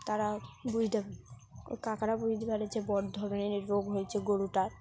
তারা বুঝতে ও কাকারা বুঝতে পারে যে বড় ধরনের রোগ হয়েছে গরুটার